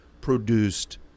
produced